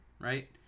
right